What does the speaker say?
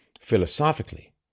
philosophically